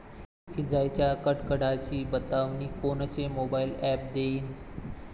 इजाइच्या कडकडाटाची बतावनी कोनचे मोबाईल ॲप देईन?